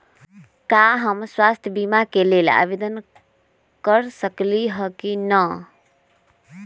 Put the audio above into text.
का हम स्वास्थ्य बीमा के लेल आवेदन कर सकली ह की न?